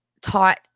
taught